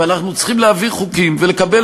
ואנחנו צריכים להעביר חוקים ולקבל